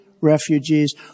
refugees